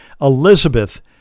Elizabeth